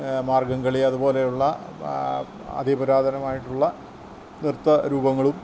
മാർഗ്ഗം കളി അതുപോലെയുള്ള അതിപുരാതനമായിട്ടുള്ള നൃത്തരൂപങ്ങളും